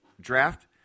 draft